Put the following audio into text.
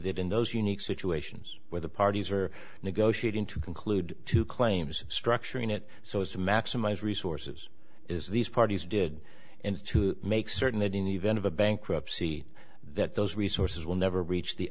that in those unique situations where the parties are negotiating to conclude two claims structuring it so as to maximize resources is these parties did and to make certain that in the event of a bankruptcy that those resources will never reach the